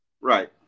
right